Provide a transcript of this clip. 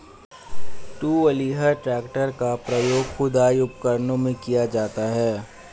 to wheeler tractor का प्रयोग खुदाई उपकरणों में किया जाता हैं